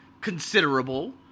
considerable